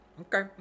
Okay